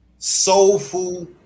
soulful